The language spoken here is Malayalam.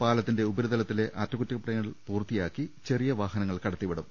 പാലത്തിന്റെ ഉപരിതലത്തിലെ അറ്റക്കുറ്റപ്പണികൾ പൂർത്തിയാക്കി ചെറിയ വാഹ നങ്ങൾ കടത്തിവിടും